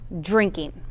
drinking